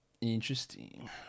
Interesting